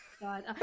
god